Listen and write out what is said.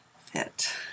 fit